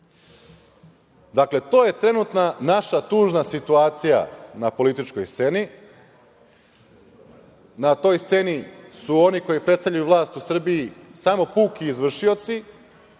Srbije. Dakle, to je trenutno naša tužna situacija na političkoj sceni. Na toj sceni su oni koji predstavljaju vlast u Srbiji samo puki izvršioci